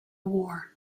war